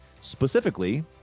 specifically